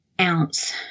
ounce